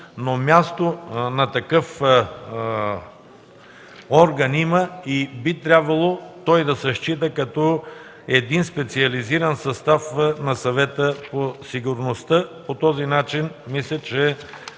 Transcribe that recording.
но място за такъв орган има и би трябвало той да се счита като специализиран състав на Съвета по сигурността. По този начин служителите